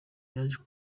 yaje